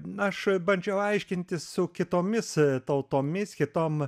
na aš bandžiau aiškintis su kitomis tautomis kitom